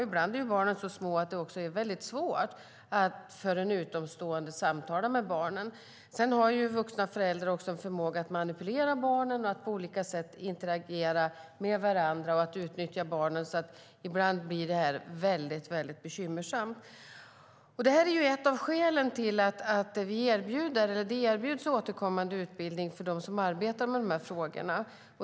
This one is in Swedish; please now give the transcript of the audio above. Ibland är barnen dessutom så små att det är svårt för en utomstående att samtala med barnen. Vuxna föräldrar har även en förmåga att manipulera barnen, på olika sätt interagera med varandra och utnyttja barnen. Ibland blir det här alltså väldigt bekymmersamt. Det är ett av skälen till att det erbjuds återkommande utbildning för dem som arbetar med de här frågorna.